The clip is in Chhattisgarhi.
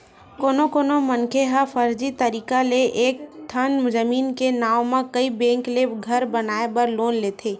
कोनो कोनो मनखे ह फरजी तरीका ले एके ठन जमीन के नांव म कइ बेंक ले घर बनाए बर लोन लेथे